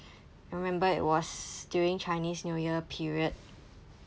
I remember it was during chinese new year period